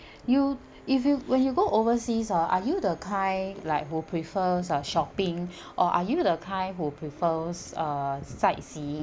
you if you when you go overseas oh are you the kind like who prefers uh shopping or are you the kind who prefers uh sightseeing